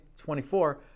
24